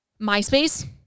MySpace